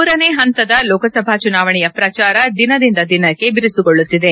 ಮೂರನೇ ಹಂತದ ಲೋಕಸಭಾ ಚುನಾವಣೆಯ ಪ್ರಚಾರ ದಿನದಿಂದ ದಿನಕ್ಕೆ ಬಿರುಸುಗೊಳ್ಳುತ್ತಿದೆ